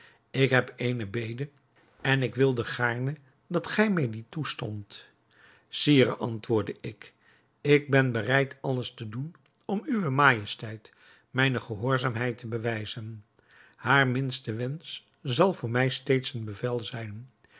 ik heb eene bede en ik wilde gaarne dat gij mij die toestondt sire antwoordde ik ik ben bereid alles te doen om uwe majesteit mijne gehoorzaamheid te bewijzen haar minste wensch zal voor mij steeds een bevel zijn